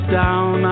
down